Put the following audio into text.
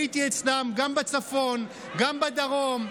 הייתי אצלם גם בצפון, גם בדרום.